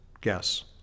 Guess